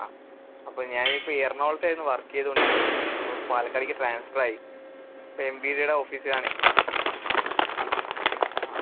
ആ അപ്പോൾ ഞാനിപ്പോൾ എറണാകുളത്തായിരുന്നു വര്ക്ക് ചെയ്തുകൊണ്ടിരുന്നത് ഇപ്പോൾ പാലക്കാട്ടേക്ക് ട്രാന്സ്ഫര് ആയി ഇപ്പം എം വി ഡിയുടെ ഓഫീസില് ആണേ ആ